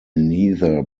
neither